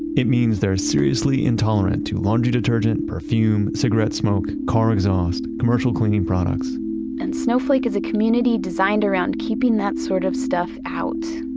it means they are seriously intolerant to laundry detergent, perfume, cigarette smoke, car exhaust, commercial cleaning products and snowflake is a community designed around keeping that sort of stuff out.